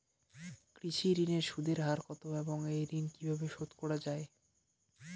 কৃষি ঋণের সুদের হার কত এবং এই ঋণ কীভাবে শোধ করা য়ায়?